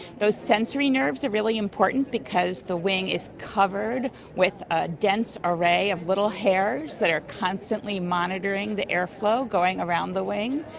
those sensory nerves are really important because the wing is covered with a dense array of little hairs that are constantly monitoring the airflow going around the wing,